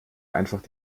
einfach